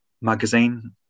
magazine